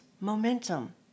momentum